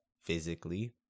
physically